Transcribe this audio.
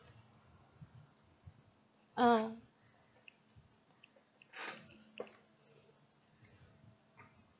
uh